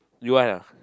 you want ah